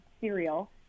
cereal